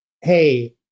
hey